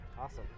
Awesome